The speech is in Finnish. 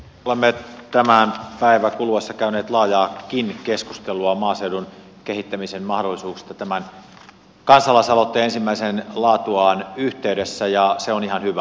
olemme tämän päivän kuluessa käyneet laajaakin keskustelua maaseudun kehittämisen mahdollisuuksista tämän kansalaisaloitteen ensimmäisen laatuaan yhteydessä ja se on ihan hyvä